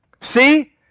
See